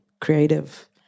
creative